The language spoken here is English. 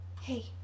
hey